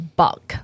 buck